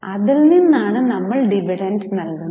അതിൽ നിന്ന് ആണ് നമ്മൾ ഡിവിഡന്റ് നൽകുന്നത്